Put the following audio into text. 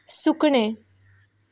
सुकणें